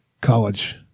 college